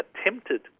attempted